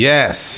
Yes